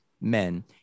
men